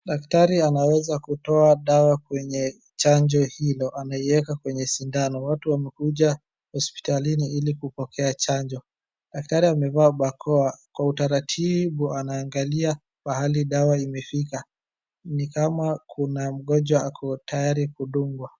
Daktari anaweza kutoa dawa kwenye chanjo hilo. Anaiweka kwenye sindano. Watu wamekuja hospitalini ili kupokea chanjo. Daktari amevaa bakoa kwa utaratibu anaangalia pahali dawa imefika. Ni kama kuna mgonjwa ako tayari kudungwa.